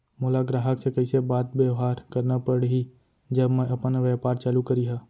मोला ग्राहक से कइसे बात बेवहार करना पड़ही जब मैं अपन व्यापार चालू करिहा?